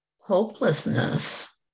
Hopelessness